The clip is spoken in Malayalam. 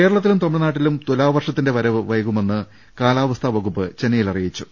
കേരളത്തിലും തമിഴ്നാട്ടിലും തുലാവർഷത്തിന്റെ വരവ് വൈകു മെന്ന് കാലാവസ്ഥാ വകുപ്പ് ചെന്നൈയിൽ അറിയിച്ചു